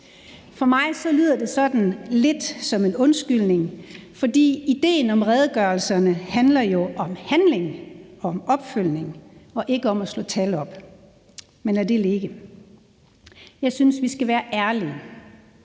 For mig lyder det sådan lidt som en undskyldning, for idéen om redegørelserne handler jo om handling og opfølgning og ikke om at slå tal op. Men lad det ligge. Jeg synes, vi skal være ærlige: